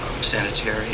sanitary